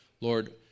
Lord